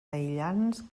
aïllants